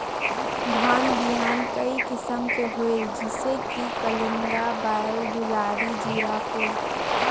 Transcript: धान बिहान कई किसम के होयल जिसे कि कलिंगा, बाएल दुलारी, जीराफुल?